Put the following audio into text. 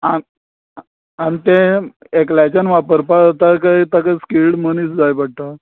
आं आनी तें एकल्याच्यान वापरपा कांय ताका एक स्किल्ड मनीस जाय पडटा